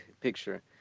picture